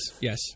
Yes